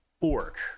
orc